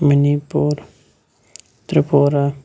مَنی پوٗر ترپوٗرا